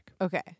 Okay